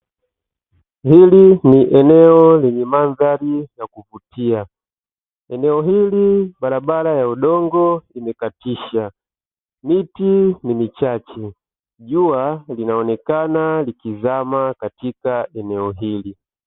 Hili ni eneo lenye mandhari ya kuvutia. Eneo hili barabara ya udongo imekatisha, miti ni michache, jua linaonekana likizama katika eneo hili.